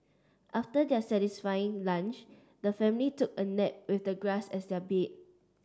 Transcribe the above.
after their satisfying lunch the family took a nap with the grass as their bed